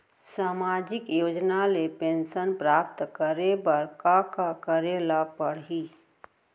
सामाजिक योजना ले पेंशन प्राप्त करे बर का का करे ल पड़ही?